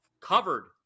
covered